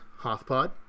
Hothpod